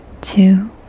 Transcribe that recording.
two